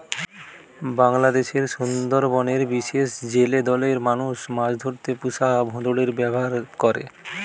বাংলাদেশের সুন্দরবনের বিশেষ জেলে দলের মানুষ মাছ ধরতে পুষা ভোঁদড়ের ব্যাভার করে